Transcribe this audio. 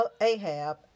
Ahab